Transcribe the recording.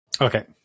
Okay